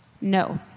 No